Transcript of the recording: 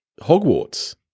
Hogwarts